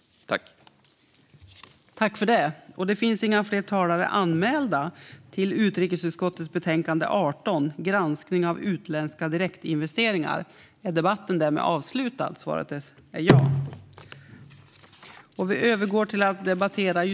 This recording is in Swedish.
Granskning av utländska direkt-investeringar